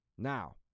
Now